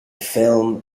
film